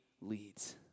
leads